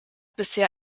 bisher